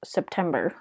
September